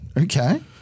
Okay